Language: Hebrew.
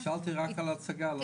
שאלתי רק על ההצגה.